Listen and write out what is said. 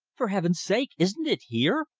for heaven's sake, isn't it here?